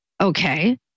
Okay